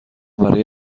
برای